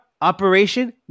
operation